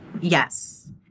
Yes